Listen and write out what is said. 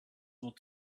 will